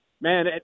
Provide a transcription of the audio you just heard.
man